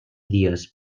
dies